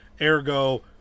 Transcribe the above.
ergo